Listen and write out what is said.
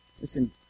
Listen